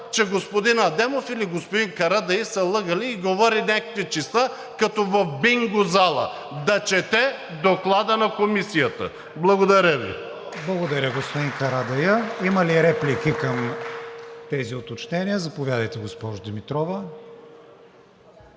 че господин Адемов или господин Карадайъ са лъгали и говори някакви числа като в бинго зала. Да чете Доклада на Комисията! Благодаря Ви. ПРЕДСЕДАТЕЛ КРИСТИАН ВИГЕНИН: Благодаря, господин Карадайъ. Има ли реплики към тези уточнения? Заповядайте, госпожо Димитрова.